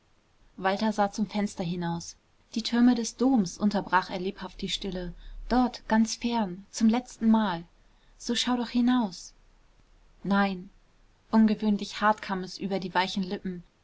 walter sah zum fenster hinaus die türme des doms unterbrach er lebhaft die stille dort ganz fern zum letztenmal so schau doch hinaus nein ungewöhnlich hart kam es über die weichen lippen